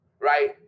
right